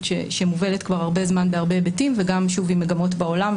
שמובלת כבר זמן בהרבה היבטים וגם עם מגמות בעולם,